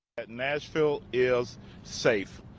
nashville is safe,